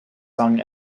sung